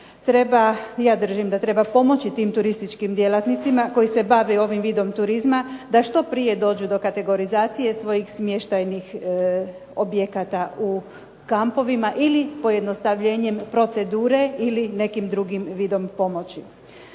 ja držim da treba pomoći tim turističkim djelatnicima koji se bave ovim vidom turizma, da što prije dođe do kategorizacije svojih smještajnih objekata u kampovima ili pojednostavljenjem procedure ili nekim drugim vidom pomoći.